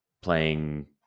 playing